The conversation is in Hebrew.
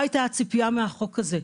זו היתה הציפייה מהחוק הזה.